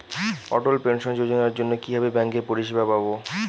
অটল pension যোজনার জন্য কিভাবে ব্যাঙ্কে পরিষেবা পাবো?